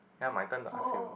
now my turn to ask you